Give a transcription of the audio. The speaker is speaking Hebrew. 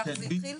כך זה התחיל?